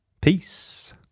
Peace